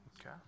Okay